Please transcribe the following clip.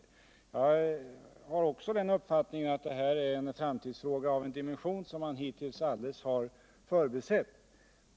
Också jag har den uppfattningen att det är en framtidsfråga av en dimension som hittills alldeles har förbisetts.